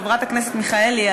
חברת הכנסת מיכאלי,